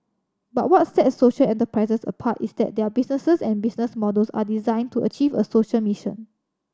but what sets social enterprises apart is that their businesses and business models are designed to achieve a social mission